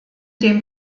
dem